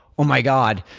oh, my god,